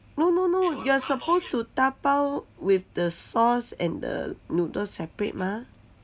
no no no you are supposed to 打包 with the sauce and the noodle separate mah